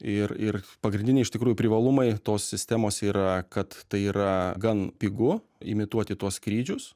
ir ir pagrindiniai iš tikrųjų privalumai tos sistemos yra kad tai yra gan pigu imituoti tuos skrydžius